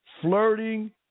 flirting